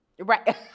Right